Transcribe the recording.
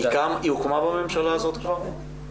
היא הוקמה בממשלה הזאת כבר?